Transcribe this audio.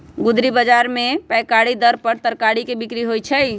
गुदरी बजार में पैकारी दर पर तरकारी के बिक्रि होइ छइ